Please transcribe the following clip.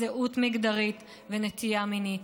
זהות מגדרית ונטייה מינית.